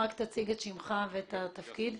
רק תגיד את שמך ואת התפקיד.